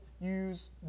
use